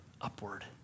upward